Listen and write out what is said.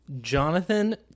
Jonathan